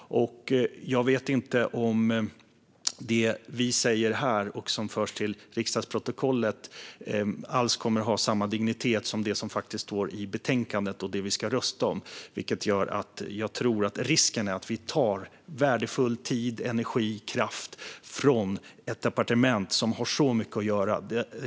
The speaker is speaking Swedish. Jag vet inte om det vi säger här och det som förs till riksdagsprotokollet alls kommer att ha samma dignitet som det som faktiskt står i betänkandet och det som vi ska rösta om. Det gör att jag tror att risken är att vi tar värdefull tid, energi och kraft från ett departement som har mycket att göra.